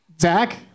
Zach